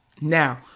Now